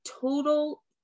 total